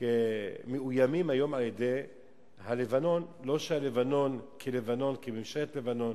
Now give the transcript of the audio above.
אנחנו מאוימים היום מלבנון, לא מממשלת לבנון,